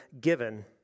given